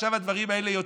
עכשיו הדברים האלה יוצאים.